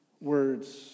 words